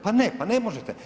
Pa ne, pa ne možete.